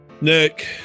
nick